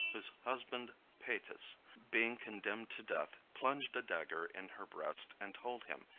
whose husband paetus, being condemned to death, plunged a dagger in her breast, and told him,